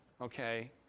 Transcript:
okay